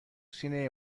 سینه